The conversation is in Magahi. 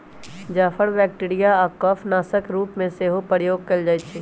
जाफर बैक्टीरिया आऽ कफ नाशक के रूप में सेहो प्रयोग कएल जाइ छइ